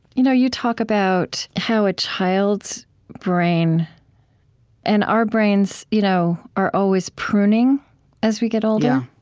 you know you talk about how a child's brain and our brains you know are always pruning as we get older,